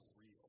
real